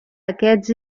aquests